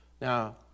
Now